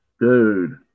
Dude